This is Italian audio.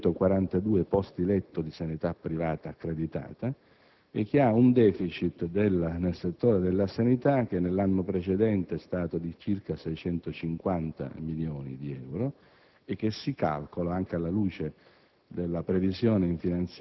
che ha 4.642 posti letto di sanità privata accreditata, il cui *deficit* nel settore della sanità nell'anno precedente è stato di circa 650 milioni di euro e che si calcola dovrebbe